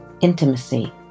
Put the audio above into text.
intimacy